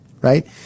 right